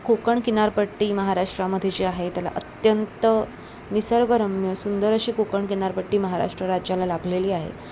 कोकण किनारपट्टी महाराष्ट्रामध्ये जे आहे त्याला अत्यंत निसर्गरम्य सुंदर अशी कोकण किनारपट्टी महाराष्ट्र राज्याला लाभलेली आहे